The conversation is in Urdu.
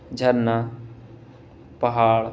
جھرنا پہاڑ